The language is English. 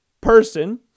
person